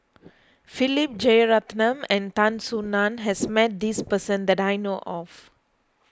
Philip Jeyaretnam and Tan Soo Nan has met this person that I know of